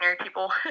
people